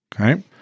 Okay